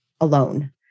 alone